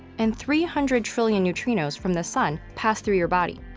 and three hundred trillion neutrinos from the sun pass through your body.